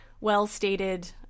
well-stated